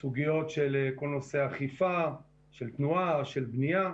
נושא האכיפה של תנועה, של בנייה.